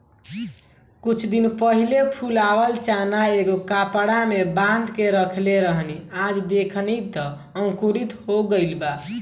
कुछ दिन पहिले फुलावल चना एगो कपड़ा में बांध के रखले रहनी आ आज देखनी त अंकुरित हो गइल बा